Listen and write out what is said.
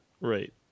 Right